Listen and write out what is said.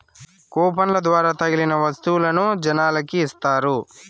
కూపన్ల ద్వారా తగిలిన వత్తువులను జనాలకి ఇత్తారు